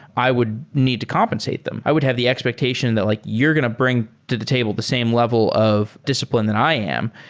i would need to compensate them. i would have the expectation that like you're going to bring to the table the same level of discipline than i am.